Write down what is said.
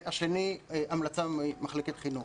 והשני, המלצה ממחלקת חינוך.